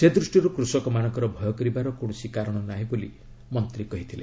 ସେ ଦୃଷ୍ଟିରୁ କୁଷକମାନଙ୍କର ଭୟ କରିବାର କୌଣସି କାରଣ ନାହିଁ ବୋଲି ମନ୍ତ୍ରୀ କହିଥିଲେ